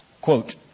Quote